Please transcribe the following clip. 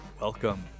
Welcome